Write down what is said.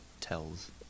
tells